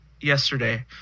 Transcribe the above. Yesterday